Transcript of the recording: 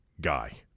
guy